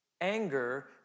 Anger